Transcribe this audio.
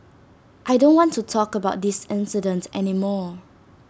I don't want to talk about this incident any more